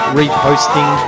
reposting